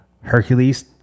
Hercules